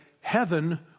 heaven